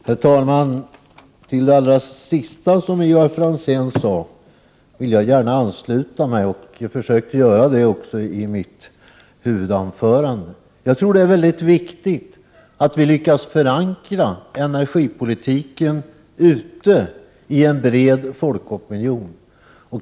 Herr talman! Jag vill gärna ansluta mig till det sista som Ivar Franzén sade. Jag försökte säga detta i mitt huvudanförande. Det är mycket viktigt att vi lyckas förankra energipolitiken hos en bred folkopinion.